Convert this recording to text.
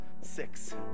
six